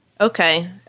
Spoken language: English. Okay